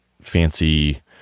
fancy